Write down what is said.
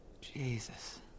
Jesus